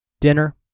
dinner